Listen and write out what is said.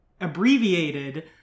abbreviated